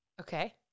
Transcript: Okay